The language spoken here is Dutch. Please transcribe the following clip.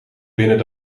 binnen